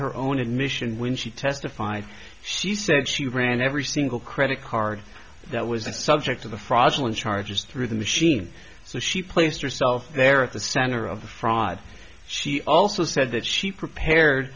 her own admission when she testified she said she ran every single credit card that was the subject of the fraudulent charges through the machine so she placed herself there at the center of the fraud she also said that she prepared